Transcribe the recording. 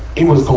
it was